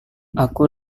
aku